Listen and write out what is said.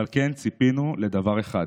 אבל כן ציפינו לדבר אחד.